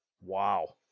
Wow